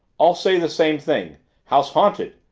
all say the same thing house haunted.